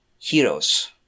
heroes